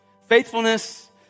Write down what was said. faithfulness